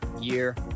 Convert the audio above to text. year